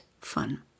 fun